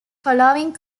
following